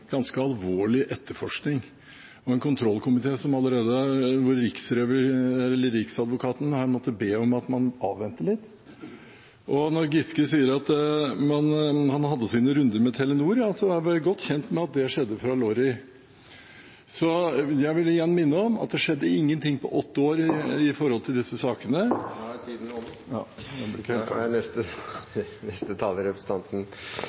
ganske alvorlig etterforskning og man har en kontrollkomité som riksadvokaten har måttet be om å vente litt. Når Giske sier at han hadde sine runder med Telenor, så er vi godt kjent med at det skjedde fra Lorry. Jeg vil igjen minne om at det skjedde ingenting på åtte år i disse sakene. Representanten Heidi Nordby Lunde har hatt ordet to ganger tidligere og får ordet til en kort merknad, begrenset til 1 minutt. Det er